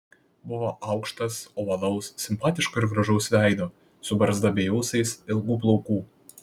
buvo aukštas ovalaus simpatiško ir gražaus veido su barzda bei ūsais ilgų plaukų